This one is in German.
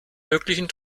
möglichen